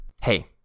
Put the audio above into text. Hey